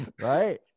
Right